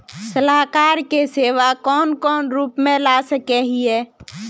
सलाहकार के सेवा कौन कौन रूप में ला सके हिये?